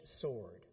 sword